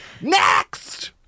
Next